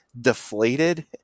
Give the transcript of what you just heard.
deflated